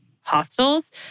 hostels